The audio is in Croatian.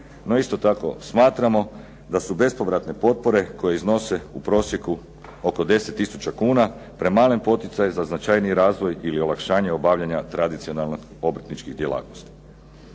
No, isto tako smatramo da su bespovratne potpore koje iznose u prosjeku oko 10 tisuća kuna premali poticaj za značajniji razvoj ili olakšanje obavljanja tradicionalnih obrtničkih djelatnosti.